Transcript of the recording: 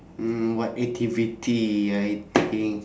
mm what activity I think